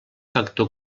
factor